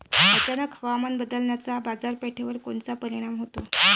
अचानक हवामान बदलाचा बाजारपेठेवर कोनचा परिणाम होतो?